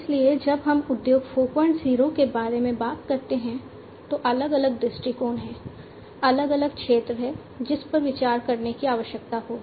इसलिए जब हम उद्योग 40 के बारे में बात करते हैं तो अलग अलग दृष्टिकोण हैं अलग अलग क्षेत्र हैं जिस पर विचार करने की आवश्यकता होगी